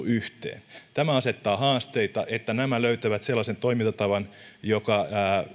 yhteen tämä asettaa haasteita sille että nämä löytävät sellaisen toimintatavan joka